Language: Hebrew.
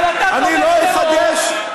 אבל אתה תומך טרור,